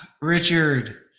Richard